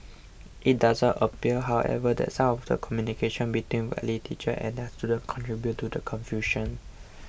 it does appear however that some of the communication between Whitley teachers and their students contributed to the confusion